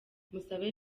musabe